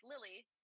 lily